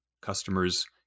customers